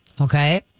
Okay